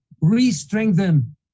re-strengthen